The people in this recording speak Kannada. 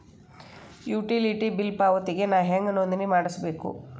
ಯುಟಿಲಿಟಿ ಬಿಲ್ ಪಾವತಿಗೆ ನಾ ಹೆಂಗ್ ನೋಂದಣಿ ಮಾಡ್ಸಬೇಕು?